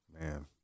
man